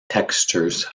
textures